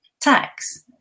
tax